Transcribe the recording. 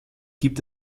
gibt